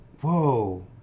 whoa